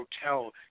hotel